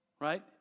Right